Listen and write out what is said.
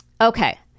Okay